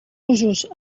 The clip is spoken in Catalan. usos